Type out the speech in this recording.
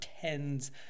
tens